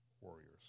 warriors